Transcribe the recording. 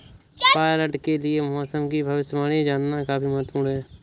pilot के लिए मौसम की भविष्यवाणी जानना काफी महत्त्वपूर्ण है